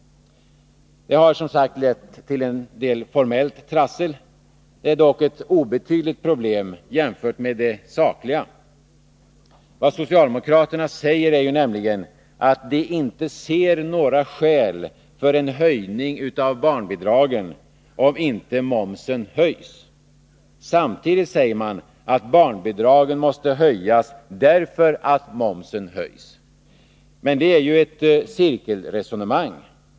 Det har som sagtlett till en del formellt trassel. Det är dock ett obetydligt problem jämfört med det sakliga. Vad socialdemokraterna säger är nämligen att de inte ser några skäl för en höjning av barnbidragen om inte momsen höjs. Samtidigt säger man att barnbidragen måste höjas därför att momsen höjs. Men det är ju ett cirkelresonemang.